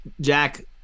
Jack